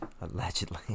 allegedly